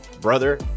brother